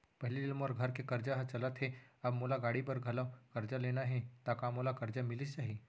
पहिली ले मोर घर के करजा ह चलत हे, अब मोला गाड़ी बर घलव करजा लेना हे ता का मोला करजा मिलिस जाही?